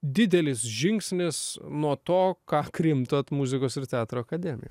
didelis žingsnis nuo to ką krimtot muzikos ir teatro akademijoj